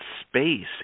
space